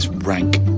rank.